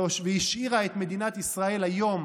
והשאירה את מדינת ישראל היום,